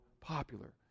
popular